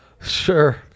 sure